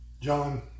John